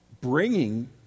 bringing